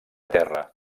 terra